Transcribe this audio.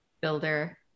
builder